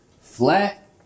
flat